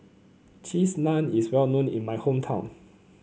Cheese Naan is well known in my hometown